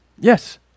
Yes